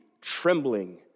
trembling